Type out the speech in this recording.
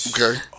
Okay